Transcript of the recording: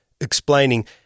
explaining